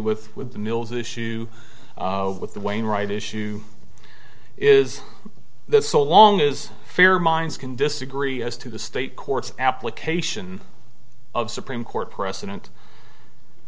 with with the mills issue with the wainwright issue is this so long is fair minds can disagree as to the state courts application of supreme court precedent